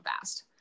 fast